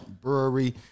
Brewery